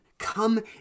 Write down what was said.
Come